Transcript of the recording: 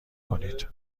کنید